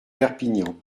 perpignan